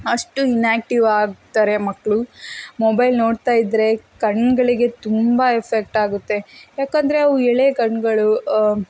ಅಷ್ಟು ಇನ್ಆ್ಯಕ್ಟಿವ್ ಆಗ್ತಾರೆ ಮಕ್ಕಳು ಮೊಬೈಲ್ ನೋಡ್ತಾ ಇದ್ದರೆ ಕಣ್ಣುಗಳಿಗೆ ತುಂಬ ಎಫೆಕ್ಟ್ ಆಗುತ್ತೆ ಯಾಕೆಂದ್ರೆ ಅವು ಎಳೇ ಕಣ್ಣುಗಳು